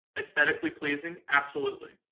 esthetically pleasing. absolutely.